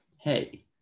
Hey